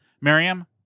Miriam